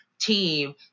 team